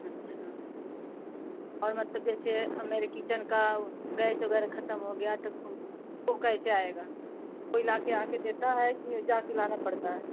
अच्छा और मतलब जैसे मेरे किचन का वो गैस वग़ैरह ख़त्म हो गया तो वह वह कैसे आएगा कोई ला कर आ कर देता है कि जा कर लाना पड़ता है